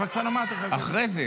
לא.